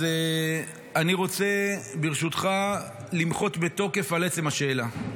אז אני רוצה, ברשותך, למחות בתוקף על עצם השאלה.